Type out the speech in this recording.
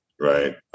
Right